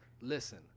Listen